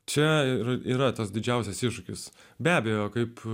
čia ir yra tas didžiausias iššūkis be abejo kaip